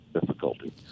difficulty